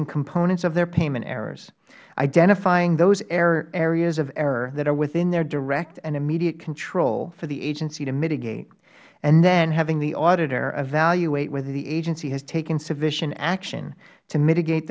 and components of their payment errors identifying those areas of error that are within their direct and immediate control for the agency to mitigate and then having the auditor evaluate whether the agency has taken sufficient action to mitigate